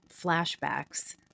flashbacks